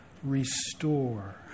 Restore